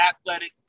athletic